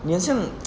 你很像